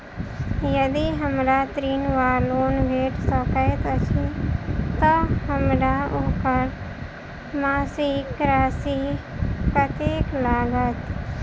यदि हमरा ऋण वा लोन भेट सकैत अछि तऽ हमरा ओकर मासिक राशि कत्तेक लागत?